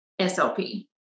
SLP